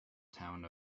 town